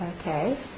Okay